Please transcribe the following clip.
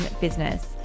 business